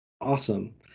Awesome